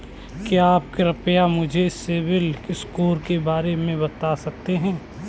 क्या आप कृपया मुझे सिबिल स्कोर के बारे में बता सकते हैं?